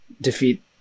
defeat